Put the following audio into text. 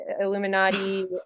Illuminati